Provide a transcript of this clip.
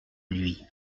lui